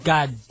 God